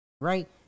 Right